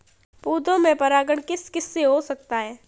पौधों में परागण किस किससे हो सकता है?